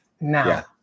now